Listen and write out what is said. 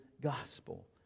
gospel